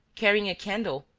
carrying a candle,